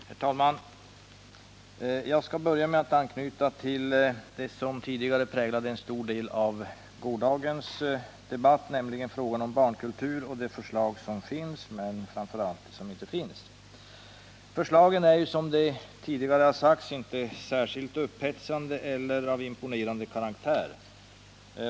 Herr talman! Jag skall börja med att anknyta till det som tidigare präglat en stor del av gårdagens debatt, nämligen frågan om barnkultur och de förslag som finns där, men framför allt det som inte finns. Förslagen är, som det tidigare sagts, inte av särskilt upphetsande eller imponerande karaktär.